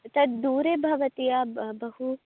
तद्दूरे भवति बहु